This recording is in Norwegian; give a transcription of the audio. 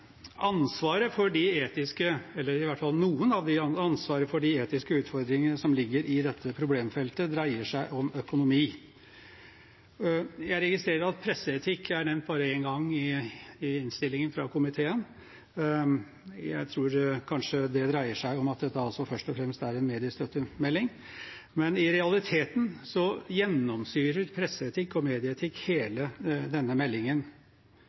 Ansvaret for i hvert fall noen av de etiske utfordringene som ligger i dette problemfeltet, dreier seg om økonomi. Jeg registrerer at presseetikk er nevnt bare én gang i innstillingen fra komiteen. Jeg tror kanskje det dreier seg om at dette først og fremst er en mediestøttemelding. Men i realiteten gjennomsyrer presseetikk og medieetikk hele denne meldingen.